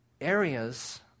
areas